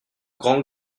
grand